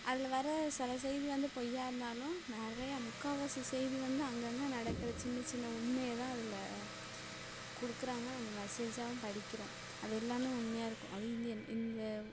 அதில் வர சில செய்தி வந்து பொய்யாக இருந்தாலும் நிறையா முக்கால்வாசி செய்தி வந்து அங்கங்கே நடக்கிற சின்னச் சின்ன உண்மையை தான் அதில் கொடுக்குறாங்க நம்ம மெசேஜாகவும் படிக்கிறோம் அது எல்லாமே உண்மையாக இருக்கும் அதுவும் இந்தியன் இந்த